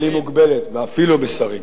אבל היא מוגבלת, ואפילו בשרים.